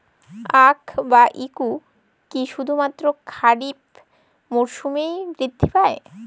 আখ বা ইক্ষু কি শুধুমাত্র খারিফ মরসুমেই বৃদ্ধি পায়?